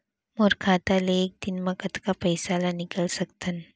मोर खाता ले एक दिन म कतका पइसा ल निकल सकथन?